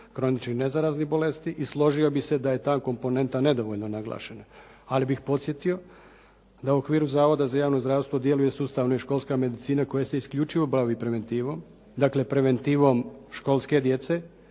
kronički nezaraznih bolesti i složio bih se da je ta komponenta nedovoljno naglašena, ali bih podsjetio da u okviru Zavoda za javno zdravstvo djeluje sustavno i školska medicina koja se isključivo bavi preventivom, dakle preventivom školske djece.